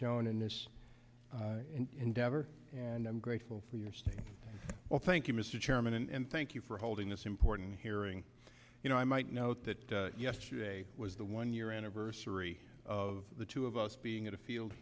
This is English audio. shown in this endeavor and i'm grateful for your stay well thank you mr chairman and thank you for holding this important hearing you know i might note that yesterday was the one year anniversary of the two of us being at a field